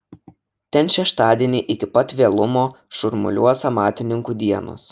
ten šeštadienį iki pat vėlumo šurmuliuos amatininkų dienos